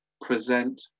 present